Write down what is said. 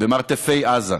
במרתפי עזה.